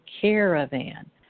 caravan